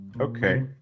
Okay